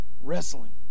wrestling